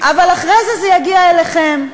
אבל אחרי זה, זה יגיע אליכם,